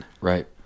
Right